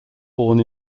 born